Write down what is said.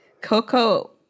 Coco